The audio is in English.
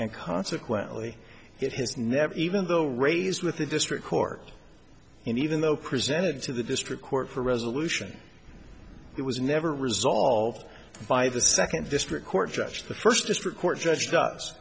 and consequently it has never even though raised with the district court and even though presented to the district court for resolution it was never resolved by the second district court judge the first district court judge d